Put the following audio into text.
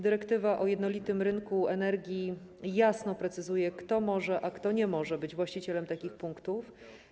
Dyrektywa o jednolitym rynku energii jasno precyzuje, kto może, a kto nie może być właścicielem takich punktów.